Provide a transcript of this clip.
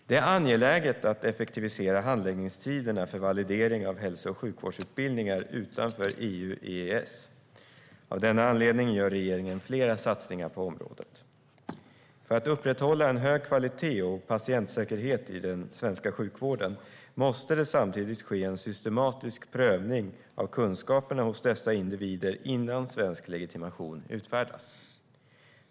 Det är angeläget att effektivisera handläggningstiderna för validering av hälso och sjukvårdsutbildningar utanför EU/EES. Av denna anledning gör regeringen flera satsningar på området. För att upprätthålla en hög kvalitet och patientsäkerhet i den svenska sjukvården måste det samtidigt ske en systematisk prövning av kunskaperna hos dessa individer innan svensk legitimation utfärdas.